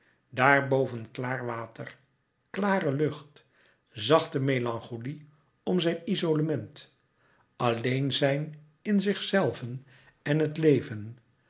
daarboven klaar water klare lucht zachte melancholie om zijn izolement alleen-zijn in zichzelven en het leven